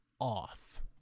off